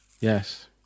Yes